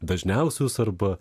dažniausius arba